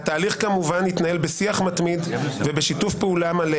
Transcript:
התהליך כמובן יתנהל בשיח מתמיד ובשיתוף פעולה מלא